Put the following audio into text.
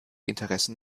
interessen